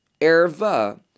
erva